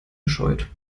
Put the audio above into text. gescheut